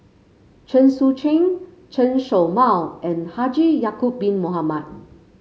Chen Sucheng Chen Show Mao and Haji Ya'acob Bin Mohamed